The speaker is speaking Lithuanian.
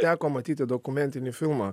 teko matyti dokumentinį filmą